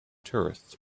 tourists